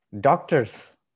doctors